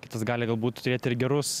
kitas gali galbūt turėti ir gerus